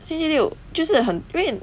星期六就是很因为